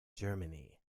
germany